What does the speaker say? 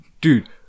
Dude